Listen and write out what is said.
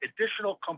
additional